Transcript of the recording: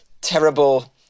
terrible